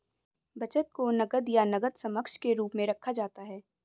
बचत को नकद या नकद समकक्ष के रूप में रखा जाता है